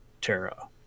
Terra